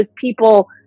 people